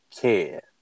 care